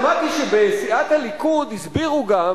ובכלל שמעתי שבסיעת הליכוד הסבירו גם